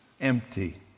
empty